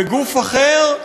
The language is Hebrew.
בגוף אחר,